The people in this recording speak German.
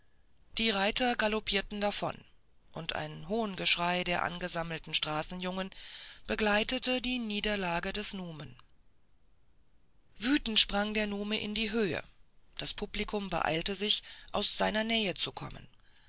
die reiter galoppierten davon und ein hohngeschrei der angesammelten straßenjugend begleitete die niederlage des numen wütend sprang der nume in die höhe das publikum beeilte sich aus seiner nähe zu kommen